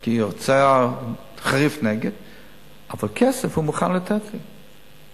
כי האוצר מתנגד בחריפות, אבל כסף הוא מוכן לתת לי.